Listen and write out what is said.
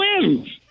wins